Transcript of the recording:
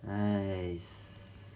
!hais!